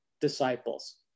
disciples